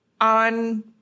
on